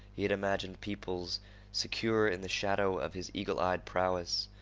he had imagined peoples secure in the shadow of his eagle-eyed prowess.